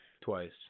Twice